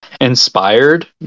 Inspired